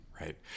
Right